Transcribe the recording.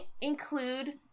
include